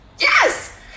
Yes